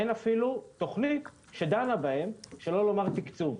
אין אפילו תוכנית שדנה בהם, שלא לומר תקצוב.